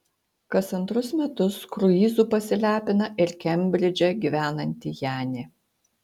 kas antrus metus kruizu pasilepina ir kembridže gyvenanti janė